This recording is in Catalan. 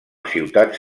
ciutats